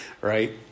Right